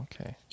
okay